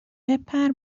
بپر